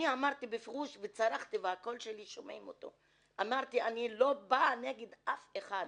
אני עמדתי שם וצרחתי שאני לא באה נגד אף אחד,